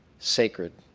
sacred,